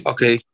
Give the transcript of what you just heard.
Okay